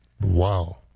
Wow